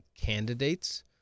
candidates